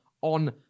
on